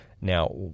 Now